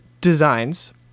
designs